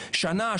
שנה,